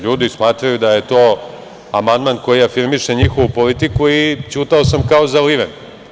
LJudi smatraju da je to amandman koji afirmiše njihovu politiku i ćutao sam kao zaliven.